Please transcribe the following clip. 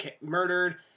murdered